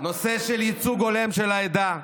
בנושא של ייצוג הולם של העדה,